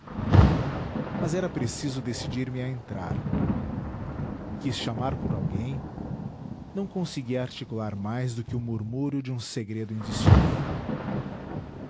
mas era preciso decidir me a entrar quis chamar por alguém não consegui articular mais do que o murmúrio de um segredo indistinguível